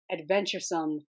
Adventuresome